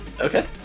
Okay